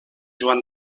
joan